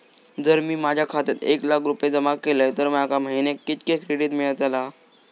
जर मी माझ्या खात्यात एक लाख रुपये जमा केलय तर माका महिन्याक कितक्या क्रेडिट मेलतला?